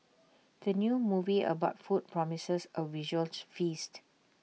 the new movie about food promises A visual to feast